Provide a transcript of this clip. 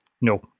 no